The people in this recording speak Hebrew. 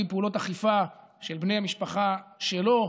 את פעולות האכיפה מול בני המשפחה שלו,